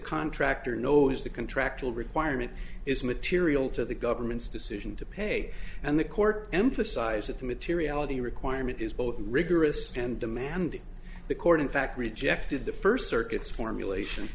contractor knows the contractual requirement is material to the government's decision to pay and the court emphasized that the materiality requirement is both rigorous and demanding the court in fact rejected the first circuits formulation